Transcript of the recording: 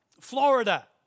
Florida